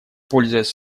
пользуясь